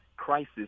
crisis